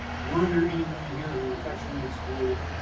were there any women here who were sexually exploited?